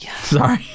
sorry